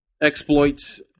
exploits